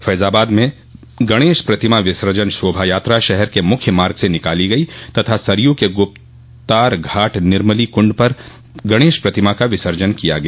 फजाबाद में गणेश प्रतिमा विसर्जन शोभा यात्रा शहर के मुख्य मार्ग से निकली तथा सरयू के गुप्तार घाट निर्मली कुण्ड पर गणेश प्रतिमा का विसर्जन किया गया